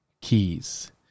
keys